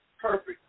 perfect